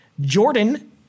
jordan